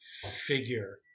figure